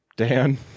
Dan